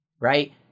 Right